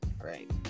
Right